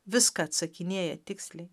viską atsakinėja tiksliai